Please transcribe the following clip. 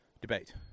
debate